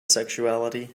sexuality